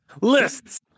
lists